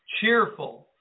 cheerful